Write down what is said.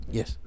Yes